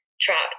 trapped